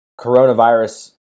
coronavirus